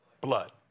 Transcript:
blood